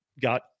got